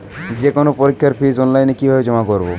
যে কোনো পরীক্ষার ফিস অনলাইনে কিভাবে জমা করব?